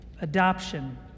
adoption